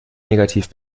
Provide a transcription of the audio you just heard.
negativ